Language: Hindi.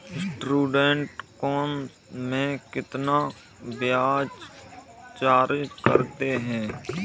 स्टूडेंट लोन में कितना ब्याज चार्ज करते हैं?